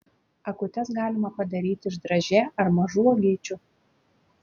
akutes galima padaryti iš dražė ar mažų uogyčių